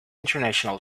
international